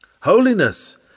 holiness